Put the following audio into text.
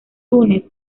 túnez